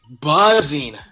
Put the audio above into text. buzzing